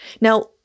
Now